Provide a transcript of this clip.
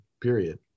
period